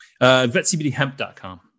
Vetcbdhemp.com